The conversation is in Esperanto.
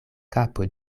kapo